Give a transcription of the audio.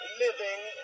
living